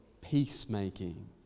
peacemaking